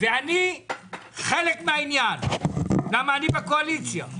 ואני חלק מהעניין כי אני בקואליציה.